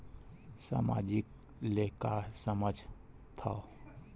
सामाजिक ले का समझ थाव?